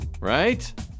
right